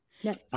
Yes